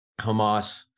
Hamas